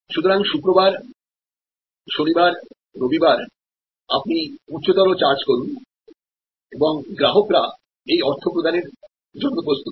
সুতরাং শুক্রবার শনিবার রবিবার আপনি উচ্চতর চার্জ করুন এবং গ্রাহকরা এই অর্থ প্রদানের দেওয়ার জন্য প্রস্তুত